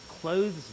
clothes